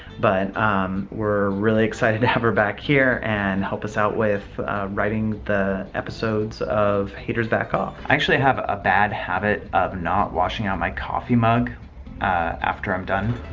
but we're really excited to have her back here and help us out with writing the episodes of haters back off. i actually have a bad habit of not washing out my coffee mug after i'm done